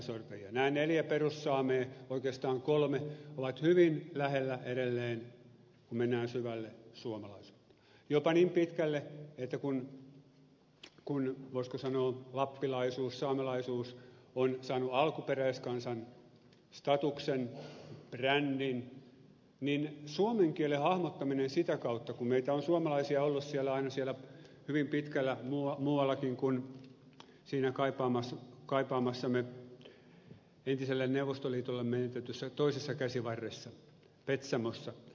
nämä neljä perussaamea oikeastaan kolme ovat hyvin lähellä edelleen kun mennään syvälle suomalaisuuteen jopa niin pitkälle että kun voisiko sanoa lappilaisuus saamelaisuus on saanut alkuperäiskansan statuksen brändin niin suomen kielen hahmottaminen sitä kautta kun meitä on suomalaisia ollut aina siellä hyvin pitkällä muuallakin kuin siinä kaipaamassamme entiselle neuvostoliitolle menetetyssä toisessa käsivarressa petsamossa